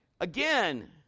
Again